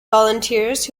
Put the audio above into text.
volunteers